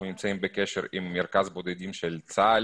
אנחנו נמצאים בקשר עם מרכז בודדים של צה"ל